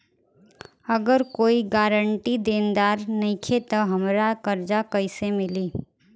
अगर कोई गारंटी देनदार नईखे त हमरा कर्जा कैसे मिली?